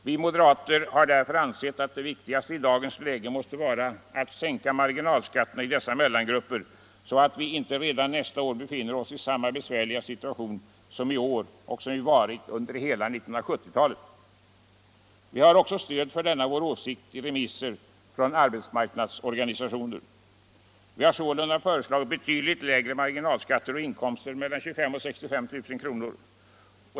Vi moderater har därför ansett att det viktigaste i dagens läge måste vara att sänka marginalskatterna för dessa mellangrupper, så att vi inte redan nästa år befinner oss i samma besvärliga situation som i år och som vi varit i under hela 1970-talet. Vi har också stöd för denna vår åsikt i remisser från arbetsmarknadsorganisationer. Vi har sålunda föreslagit betydligt lägre marginalskatter på inkomster mellan 25000 och 65 000 kr.